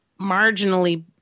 marginally